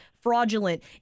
Fraudulent